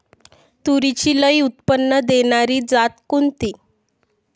तूरीची लई उत्पन्न देणारी जात कोनची?